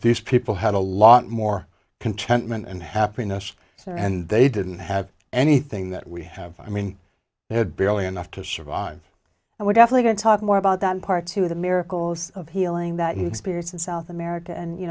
these people had a lot more contentment and happiness and they didn't have anything that we have i mean they had barely enough to survive and we're definitely going to talk more about that in part to the miracles of healing that you experienced in south america and you